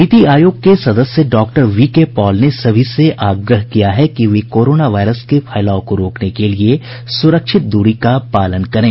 नीति आयोग के सदस्य डॉक्टर वी के पॉल ने सभी से आग्रह किया कि वे कोरोना वायरस के फैलाव को रोकने के लिए सुरक्षित दूरी का पालन करें